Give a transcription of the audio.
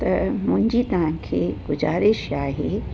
त मुंहिंजी तव्हांखे गुज़ारिश आहे